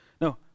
No